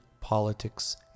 politics